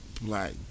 black